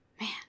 man